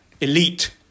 elite